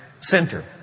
center